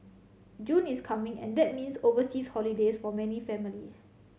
June is coming and that means overseas holidays for many families